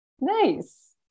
nice